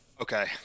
Okay